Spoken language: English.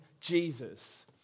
Jesus